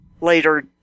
later